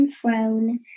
throne